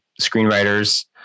screenwriters